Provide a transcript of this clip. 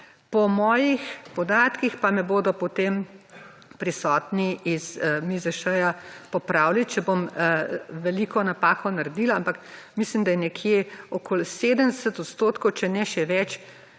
Po mojih podatkih, pa me bodo potem prisotni iz MIZŠ-ja popravili, če bom velik napako naredila, ampak mislim, da je nekje okoli 70 %, če ne še več,